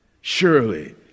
surely